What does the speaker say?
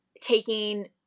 taking